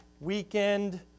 weekend